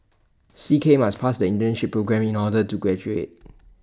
C K must pass the internship programme in order to graduate